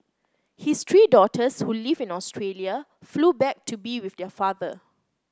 his three daughters who live in Australia flew back to be with their father